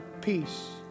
peace